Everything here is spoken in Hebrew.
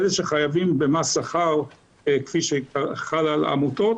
אלה שחייבים במס שכר כפי שחל על עמותות,